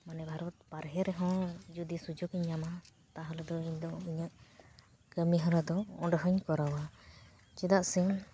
ᱢᱟᱱᱮ ᱵᱷᱟᱨᱚᱛ ᱵᱟᱨᱦᱮ ᱨᱮᱦᱚᱸ ᱡᱚᱫᱤ ᱥᱩᱡᱳᱜᱤᱧ ᱧᱟᱢᱟ ᱛᱟᱦᱚᱞᱮ ᱫᱚ ᱤᱧᱫᱚ ᱤᱧᱟᱹᱜ ᱠᱟᱹᱢᱤᱦᱚᱨᱟ ᱫᱚ ᱚᱸᱰᱮ ᱦᱚᱸᱧ ᱠᱚᱨᱟᱣᱟ ᱪᱮᱫᱟᱜ ᱥᱮ